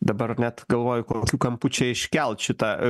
dabar net galvoju kokiu kampu čia iškelt šitą